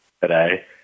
today